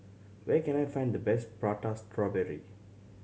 where can I find the best Prata Strawberry